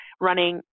running